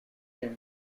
him